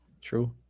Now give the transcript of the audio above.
true